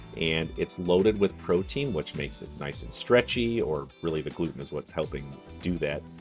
and it's loaded with protein, which makes it nice and stretchy, or really, the gluten is what's helping do that,